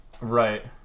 Right